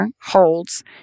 holds